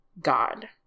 God